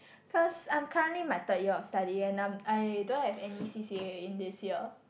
cause I'm currently my third year of study and I'm I don't have any C_C_A in this year